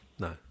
No